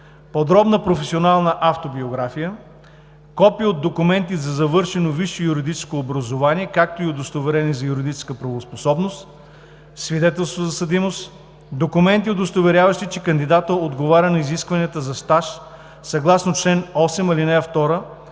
подробна професионална автобиография; – копие от документи за завършено висше юридическо образование, както и удостоверение за юридическа правоспособност; – свидетелство за съдимост; – документи, удостоверяващи, че кандидатът отговаря на изискванията за стаж съгласно чл. 8, ал. 2